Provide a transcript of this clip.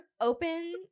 open